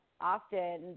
often